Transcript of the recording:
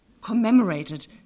commemorated